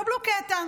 קבלו קטע.